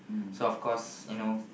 so of course you know